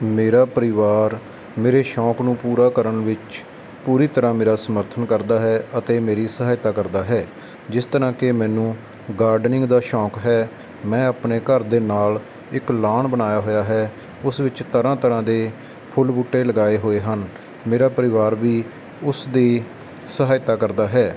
ਮੇਰਾ ਪਰਿਵਾਰ ਮੇਰੇ ਸ਼ੌਕ ਨੂੰ ਪੂਰਾ ਕਰਨ ਵਿੱਚ ਪੂਰੀ ਤਰ੍ਹਾਂ ਮੇਰਾ ਸਮਰਥਨ ਕਰਦਾ ਹੈ ਅਤੇ ਮੇਰੀ ਸਹਾਇਤਾ ਕਰਦਾ ਹੈ ਜਿਸ ਤਰ੍ਹਾਂ ਕਿ ਮੈਨੂੰ ਗਾਰਡਨਿੰਗ ਦਾ ਸ਼ੌਕ ਹੈ ਮੈਂ ਆਪਣੇ ਘਰ ਦੇ ਨਾਲ ਇੱਕ ਲਾਅਨ ਬਣਾਇਆ ਹੋਇਆ ਹੈ ਉਸ ਵਿੱਚ ਤਰ੍ਹਾਂ ਤਰ੍ਹਾਂ ਦੇ ਫੁੱਲ ਬੂਟੇ ਲਗਾਏ ਹੋਏ ਹਨ ਮੇਰਾ ਪਰਿਵਾਰ ਵੀ ਉਸਦੀ ਸਹਾਇਤਾ ਕਰਦਾ ਹੈ